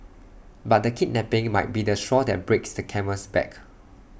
but the kidnapping might be the straw that breaks the camel's back